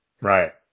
Right